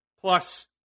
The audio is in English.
plus